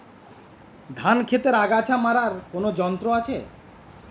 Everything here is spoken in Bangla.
ধান ক্ষেতের আগাছা মারার কোন যন্ত্র আছে?